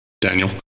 Daniel